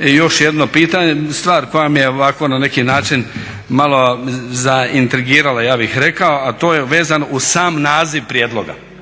još jedno pitanje, stvar koja mi je ovako na neki način malo zaintrigirala ja bih rekao, a to je vezano uz sam naziv prijedloga